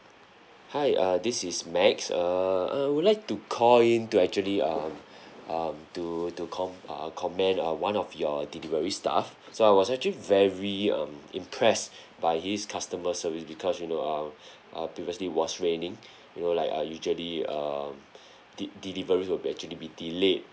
hi uh this is max err I would like to call in to actually um um to to com~ uh commend uh one of your delivery staff so I was actually very um impressed by his customer service because you know err uh previously it was raining you know like uh usually um de~ delivery would be actually be delayed